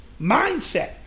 mindset